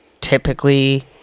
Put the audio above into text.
typically